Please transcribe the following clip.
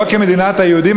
לא "כמדינת היהודים",